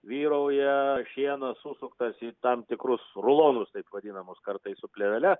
vyrauja šienas susuktas į tam tikrus rulonus taip vadinamus kartais su plėvele